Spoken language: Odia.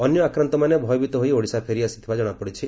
ଅନ୍ୟ ଆକ୍ରାନ୍ଡମାନେ ଭୟଭୀତ ହୋଇ ଓଡ଼ିଶା ଫେରିଆସିଥିବା ଜଶାପଡ଼ିଛି